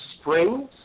springs